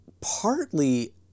partly